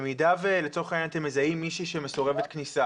במידה ולצורך העניין אתם מזהים מישהי שמסורבת כניסה